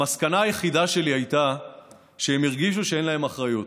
המסקנה היחידה שלי הייתה שהם הרגישו שאין להם אחריות,